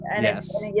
Yes